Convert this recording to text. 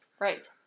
Right